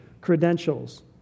credentials